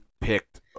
picked